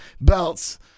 belts